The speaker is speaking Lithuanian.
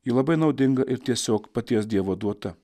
ji labai naudinga ir tiesiog paties dievo duota